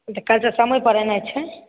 तऽ काल्हिसँ समय पर एनाइ छै